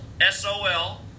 S-O-L